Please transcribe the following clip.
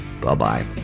Bye-bye